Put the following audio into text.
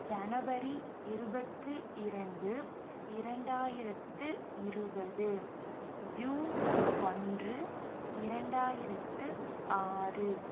ஜனவரி இருபத்து இரண்டு இரண்டாயிரத்து இருபது ஜூன் ஒன்று இரண்டாயிரத்து ஆறு